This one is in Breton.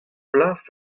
plas